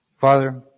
Father